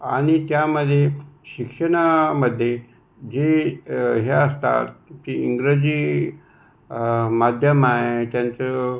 आणि त्यामध्ये शिक्षणामध्ये जे हे असतात ते इंग्रजी माध्यम आहे त्यांचं